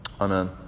Amen